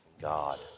God